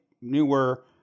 newer